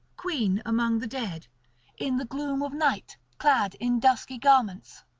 queen among the dead in the gloom of night, clad in dusky garments.